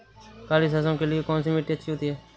काली सरसो के लिए कौन सी मिट्टी अच्छी होती है?